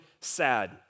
Sad